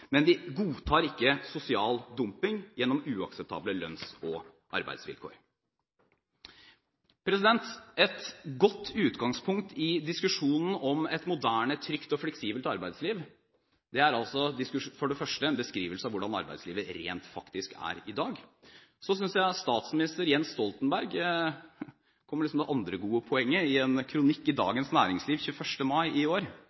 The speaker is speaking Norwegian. men vi godtar ikke sosial dumping gjennom uakseptable lønns- og arbeidsvilkår. Et godt utgangspunkt i diskusjonen om et moderne, trygt og fleksibelt arbeidsliv er for det første en beskrivelse av hvordan arbeidslivet rent faktisk er i dag. Så synes jeg statsminister Jens Stoltenberg kom med det andre gode poenget i en kronikk i Dagens Næringsliv 21. mai i